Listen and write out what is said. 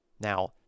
Now